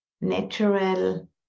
natural